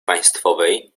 państwowej